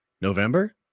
November